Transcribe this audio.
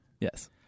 Yes